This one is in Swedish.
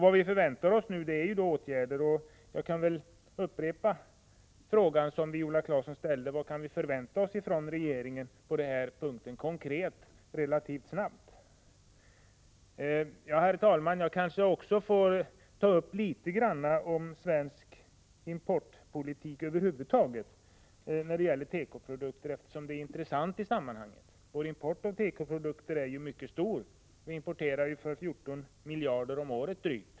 Vad vi förväntar oss är åtgärder, och jag upprepar den fråga som Viola Claesson ställde: Vilka konkreta åtgärder kan vi förvänta oss från regeringen relativt snart? Herr talman! Jag kanske också får tala något om svensk importpolitik över huvud taget när det gäller tekoprodukter, eftersom det är intressant i sammanhanget. Vår import av tekoprodukter är mycket stor. Vi importerar för drygt 14 miljarder om året.